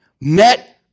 met